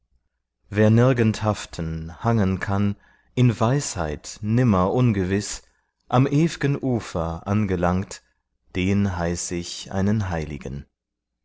wer nirgend haften hangen kann in weisheit nimmer ungewiß am ew'gen ufer angelangt den heiß ich einen heiligen